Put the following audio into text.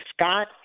Scott